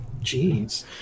Jeez